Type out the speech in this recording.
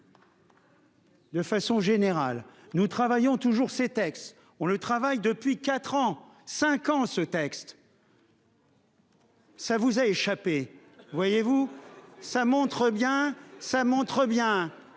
De façon générale, nous travaillons toujours ses textes on le travaille depuis 4 ans, 5 ans, ce texte. Ça vous a échappé. Vous voyez-vous ça montre bien, ça montre bien,